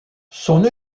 son